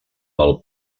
del